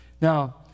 Now